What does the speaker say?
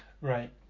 right